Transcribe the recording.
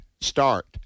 start